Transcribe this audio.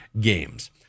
games